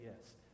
yes